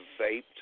vaped